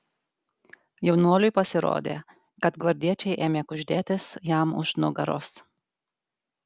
jaunuoliui pasirodė kad gvardiečiai ėmė kuždėtis jam už nugaros